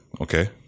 Okay